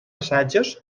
assajos